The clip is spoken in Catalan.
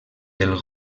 del